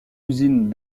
usine